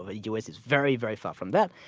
ah u. s. is very, very far from that.